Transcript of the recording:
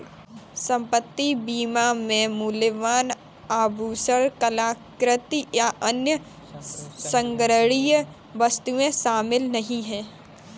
संपत्ति बीमा में मूल्यवान आभूषण, कलाकृति, या अन्य संग्रहणीय वस्तुएं शामिल नहीं हैं